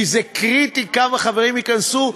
כי זה קריטי כמה חברים ייכנסו,